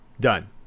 done